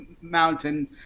mountain